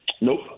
Nope